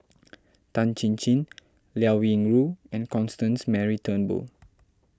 Tan Chin Chin Liao Yingru and Constance Mary Turnbull